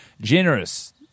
generous